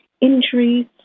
injuries